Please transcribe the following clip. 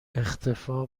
اختفاء